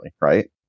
right